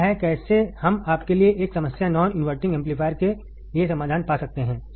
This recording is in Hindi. यह है कैसे हम आप के लिए एक समस्या नॉन इनवर्टिंग एम्पलीफायर के लिए समाधान पा सकते हैं